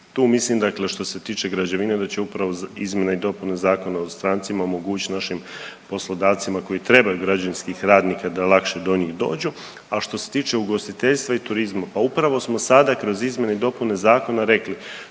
tu mislim, dakle što se tiče građevine da će upravo izmjena i dopuna Zakona o strancima omogućiti našim poslodavcima koji trebaju građevinskih radnika da lakše do njih dođu. A što se tiče ugostiteljstva i turizma pa upravo smo sada kroz izmjene i dopune zakona rekli